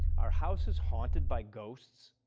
are houses haunted by ghosts?